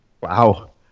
wow